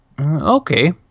Okay